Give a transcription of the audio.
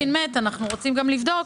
פושקין מת, ואנחנו רוצים לבדוק.